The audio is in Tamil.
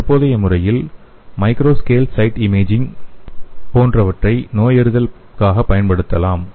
தற்போதைய முறையில் "மேக்ரோ ஸ்கேல் சைட் இமேஜிங்" போன்றவற்றை நோயறிதலில் பயன்படுத்தலாம்